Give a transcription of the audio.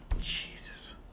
Jesus